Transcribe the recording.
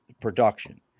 production